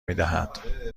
میدهد